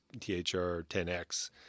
THR-10X